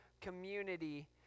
community